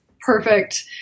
perfect